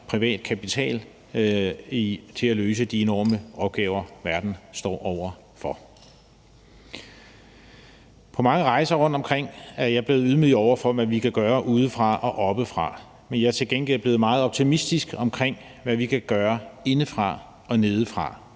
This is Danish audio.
privat kapital til at løse de enorme opgaver, verden står over for. På mange rejser rundtomkring er jeg blevet ydmyg over for, hvad vi kan gøre udefra og oppefra, men jeg er til gengæld blevet meget optimistisk omkring, hvad vi kan gøre indefra og nedefra.